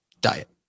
diet